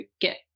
get